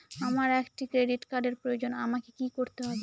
আমার একটি ক্রেডিট কার্ডের প্রয়োজন আমাকে কি করতে হবে?